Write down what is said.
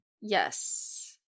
Yes